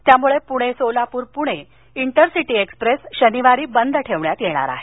त्यामुळे Pune Solapur Pune intercity express शनिवारी बंद ठेवण्यात येणार आहे